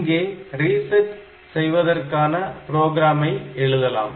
இங்கே ரீசெட் செய்வதற்கான புரோகிராமை எழுதலாம்